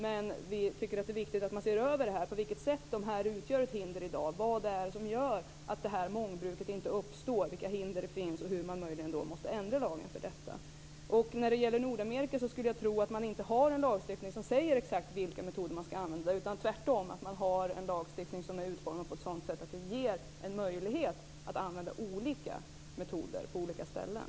Men vi tycker att det är viktigt att se över på vilket de utgör ett hinder i dag, vad det är som gör att det här mångbruket inte uppstår, vilka hinder som finns och hur man möjligen måste ändra lagen för att åstadkomma detta. När det gäller Nordamerika skulle jag tro att man inte har en lagstiftning som säger exakt vilka metoder man ska använda, utan att man tvärtom har en lagstiftning som är utformad på ett sådant sätt att den ger en möjlighet att använda olika metoder på olika ställen.